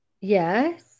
Yes